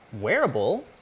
wearable